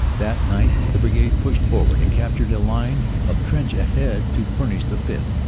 that night the brigade pushed forward and captured a line of trench ahead to furnish the fifth.